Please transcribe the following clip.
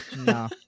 No